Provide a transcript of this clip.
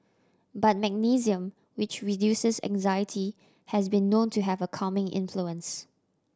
but magnesium which reduces anxiety has been known to have a calming influence